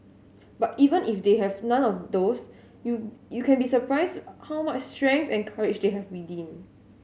but even if they have none of those you you can be surprised how much strength and courage they have within